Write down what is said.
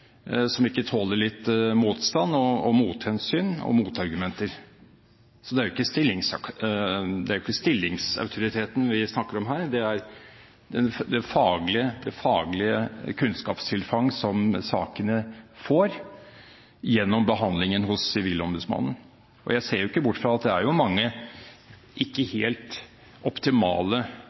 som ikke tåler litt motstand og mothensyn og motargumenter. Det er ikke stillingsautoriteten vi snakker om her, det er det faglige kunnskapstilfang som sakene får gjennom behandlingen hos Sivilombudsmannen. Jeg ser ikke bort ifra at det er mange ikke helt optimale